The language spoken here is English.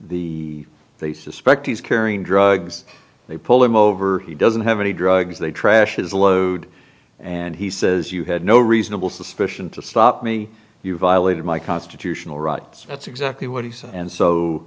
the the suspect is carrying drugs they pull him over he doesn't have any drugs they trash his load and he says you had no reasonable suspicion to stop me you violated my constitutional rights that's exactly what he said